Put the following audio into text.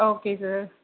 okay sir